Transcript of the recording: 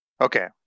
Okay